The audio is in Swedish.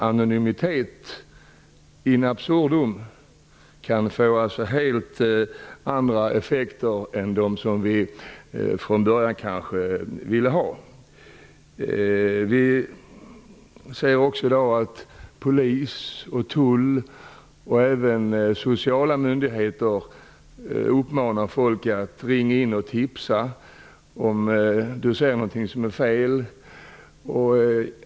Anonymitet in absurdum kan få helt andra effekter än de som från början var avsedda. Vi vet att polis och tullmyndigheter, och även sociala myndigheter, uppmanar människor att ringa och tipsa om de ser någonting som är fel.